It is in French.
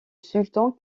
sultan